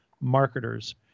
marketers